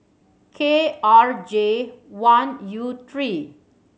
K R J one U three